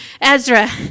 Ezra